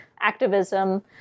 activism